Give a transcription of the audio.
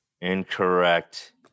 Incorrect